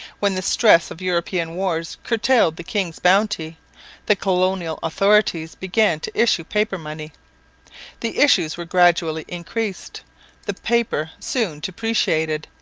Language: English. when the stress of european wars curtailed the king's bounty the colonial authorities began to issue paper money the issues were gradually increased the paper soon depreciated,